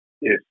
Yes